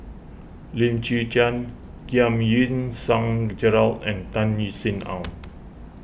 Lim Chwee Chian Giam Yean Song Gerald and Tan Sin Aun